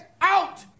out